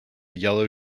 yellow